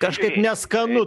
kažkaip neskanu